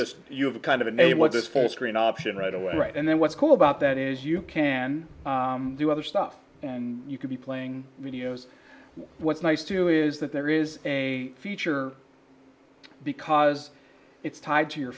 just you have a kind of a what this photo screen option right away right and then what's cool about that is you can do other stuff and you can be playing videos what's nice too is that there is a feature because it's tied to your